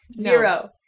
zero